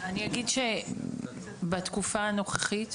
אני אגיד שבתקופה הנוכחית,